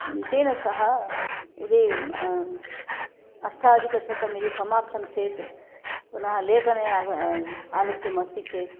तेन सह यदि अष्टाधिकशतं यदि समाप्तं चेत् पुनः लेखनाय आलस्यमस्ति चेत्